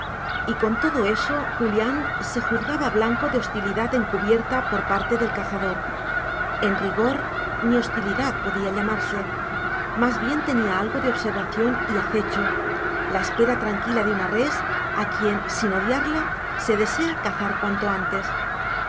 y con todo eso julián se juzgaba blanco de hostilidad encubierta por parte del cazador en rigor ni hostilidad podía llamarse más bien tenía algo de observación y acecho la espera tranquila de una res a quien sin odiarla se desea cazar cuanto antes